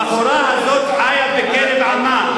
הבחורה הזאת חיה בקרב עמה,